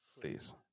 Please